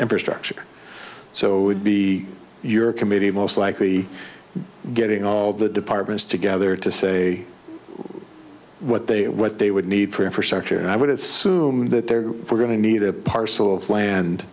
infrastructure so be your committee most likely getting all the departments together to say what they what they would need for infrastructure and i would assume that they're going to need a parcel of land